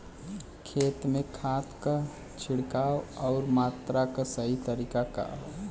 खेत में खाद क छिड़काव अउर मात्रा क सही तरीका का ह?